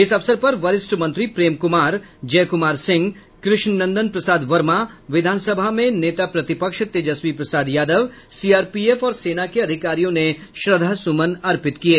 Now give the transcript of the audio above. इस अवसर पर वरिष्ठ मंत्री प्रेम कुमार जयकुमार सिंह कृष्णनंदन प्रसाद वर्मा विधान सभा में नेता प्रतिपक्ष तेजस्वी प्रसादयादव सीआरपीएफ और सेना के अधिकारियों ने श्रद्धासुमन अर्पित किये